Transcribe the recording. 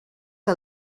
que